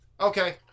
okay